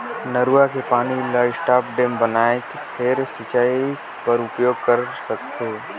नरूवा के पानी ल स्टॉप डेम बनाके फेर सिंचई बर उपयोग कर सकथे